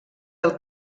del